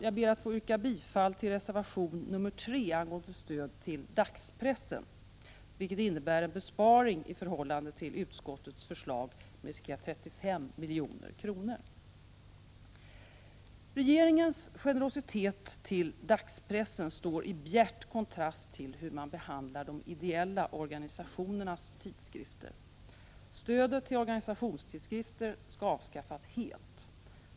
Jag ber att få yrka bifall till reservation B 3, angående stöd till dagspressen, vilket innebär en besparing i förhållande till utskottets förslag med ca 35 milj.kr. Regeringens generositet till dagspressen står i bjärt kontrast till hur man behandlar de ideella organisationernas tidskrifter. Stödet till organisationstidskrifter skall avskaffas helt.